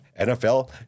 NFL